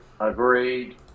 agreed